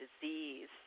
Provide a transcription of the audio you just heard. disease